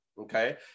Okay